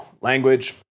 language